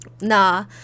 Nah